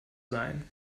sein